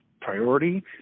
priority